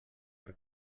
per